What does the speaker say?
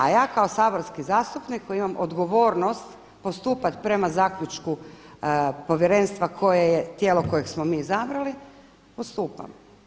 A ja kao saborski zastupnik koji imam odgovornost postupati prema zaključku povjerenstva koje je tijelo kojeg smo mi odabrali, postupam.